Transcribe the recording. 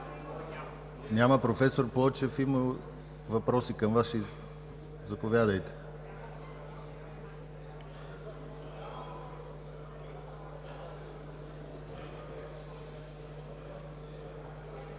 Няма. Професор Плочев, има въпроси към Вас. Заповядайте.